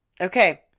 Okay